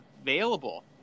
available